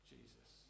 Jesus